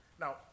Now